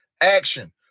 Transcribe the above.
action